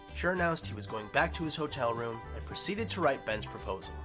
schur announced he was going back to his hotel room and proceeded to write ben's proposal.